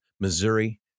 Missouri